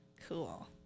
Cool